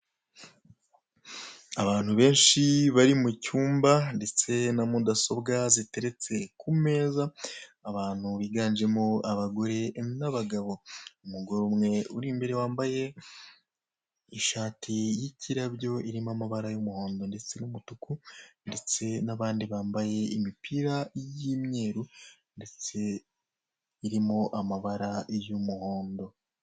Abantu benshi bari mucyumba ndetse na mudasobwa ziteretse ku meza , abantu biganjemo abagore n'abagabo. Umugore umwe yambaye ishati y'ikirabyo, irimo amabara y'umuhondo ndetse n'umutuku, ndetse n'abandi bambaye imipira y'imweru ndetse irimo amabara y'umuhondo.